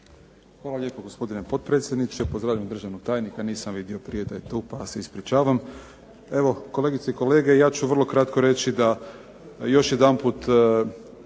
Hvala lijepo, gospodine potpredsjedniče. Pozdravljam državnog tajnika, nisam vidio prije da je tu pa se ispričavam. Evo kolegice i kolege, ja ću vrlo kratko reći da još jedanput